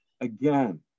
Again